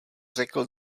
řekl